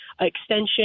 extension